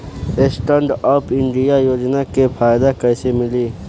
Stand up India योजना के फायदा कैसे मिली?